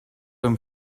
term